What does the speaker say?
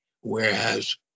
whereas